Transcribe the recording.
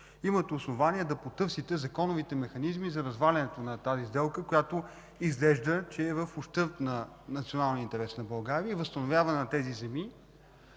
имате основание да потърсите законовите механизми за разваляне на тази сделка, която изглежда, че е в ущърб на националния интерес на България и възстановяване на тези земи